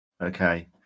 Okay